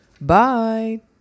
Bye